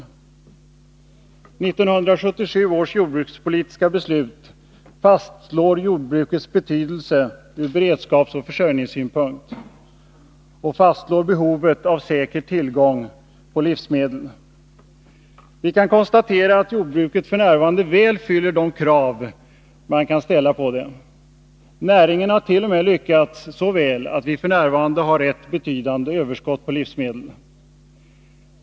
1977 års jordbrukspolitiska beslut fastslår jordbrukets betydelse ur beredskapsoch försörjningssynpunkt och fastslår behovet av säker tillgång på livsmedel. Vi kan konstatera att jordbruket f. n. väl fyller de krav man kan ställa på det. Näringen hart.o.m. lyckats så väl att vi just nu har betydande överskott på livsmedel.